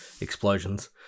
explosions